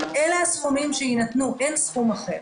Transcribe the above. אלו הסכומים שיינתנו, אין סכום אחר.